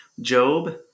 Job